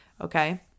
okay